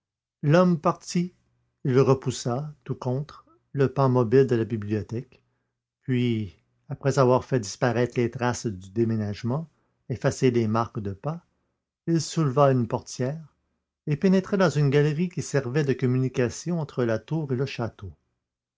l'homme parti il repoussa tout contre le pan mobile de la bibliothèque puis après avoir fait disparaître les traces du déménagement effacé les marques de pas il souleva une portière et pénétra dans une galerie qui servait de communication entre